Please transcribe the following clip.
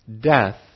death